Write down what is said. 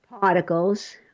particles